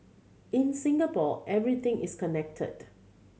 in Singapore everything is connected